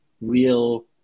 real